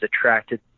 attracted